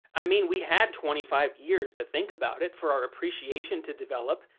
i mean, we had twenty five years to think about it, for our appreciation to develop,